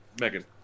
Megan